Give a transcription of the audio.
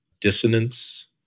dissonance